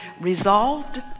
resolved